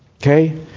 Okay